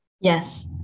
Yes